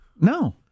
No